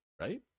right